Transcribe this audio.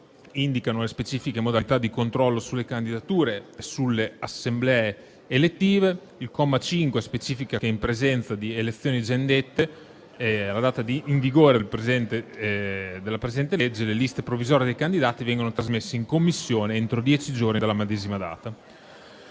indicano le specifiche modalità di controllo sulle candidature e sulle assemblee elettive. Il comma 5 specifica che, in presenza di elezioni già indette alla data di entrata in vigore della presente legge, le liste provvisorie dei candidati vengono trasmesse in Commissione entro dieci giorni dalla medesima data.